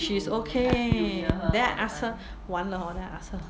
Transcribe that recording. she's okay then I ask her 完了 hor then I ask her